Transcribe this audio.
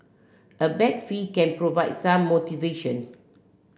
a bag fee can provide some motivation